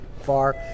far